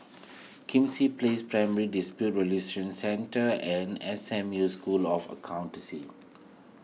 Kismis Place Primary Dispute Resolution Centre and S M U School of Accountancy